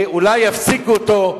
שאולי יפסיקו אותו,